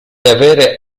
avere